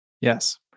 Yes